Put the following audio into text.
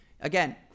again